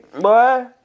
boy